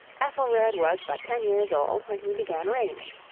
ethelred was but ten years old when he began reigning.